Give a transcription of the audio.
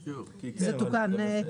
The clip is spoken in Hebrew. להצבעה.